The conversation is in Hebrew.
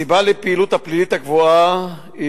2. הסיבה לפעילות הפלילית הגבוהה היא